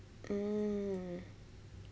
mm